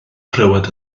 clywed